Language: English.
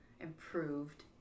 improved